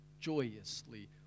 joyously